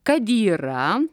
kad yra